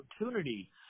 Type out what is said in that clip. opportunity